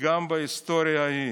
גם בהיסטוריה ההיא.